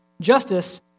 justice